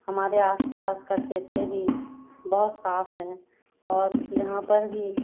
हमारे आस पास का क्षेत्र भी बहुत साफ़ है और यहाँ पर भी